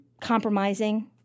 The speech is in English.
compromising